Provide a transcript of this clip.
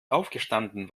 aufgestanden